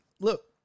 look